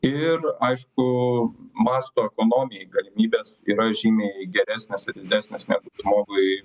ir aišku masto ekonomijai galimybės yra žymiai geresnės ir didesnės negu žmogui